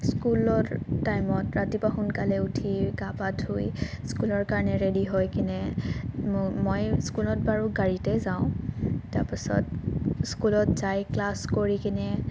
স্কুলৰ টাইমত ৰাতিপুৱা সোনকালে উঠি গা পা ধুই স্কুলৰ কাৰণে ৰেডি হৈ কিনে মই স্কুলত বাৰু গাড়ীতে যাওঁ তাৰপাছত স্কুলত যাই ক্লাছ কৰি কিনে